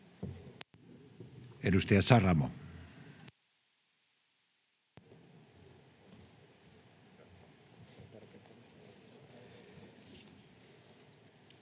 Edustaja Saramo.